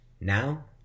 Now